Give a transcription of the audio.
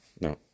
no